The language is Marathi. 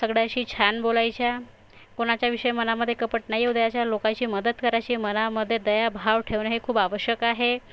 सगळयाशी छान बोलायच्या कोणाच्याविषयी मनामध्ये कपट नाही येऊ द्यायचा लोकाची मदत कराची मनामध्ये दयाभाव ठेवणं हे खूप आवश्यक आहे